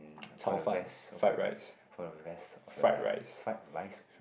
for the rest of the rest for the rest of your life fried rice